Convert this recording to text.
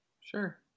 Sure